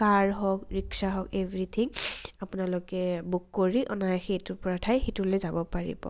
কাৰ হওক ৰিক্সা হওক এভ্ৰিথিং আপোনালোকে বুক কৰি অনায়াসে ইটোৰ পৰা ঠাই সিটোলে যাব পাৰিব